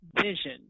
vision